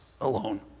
alone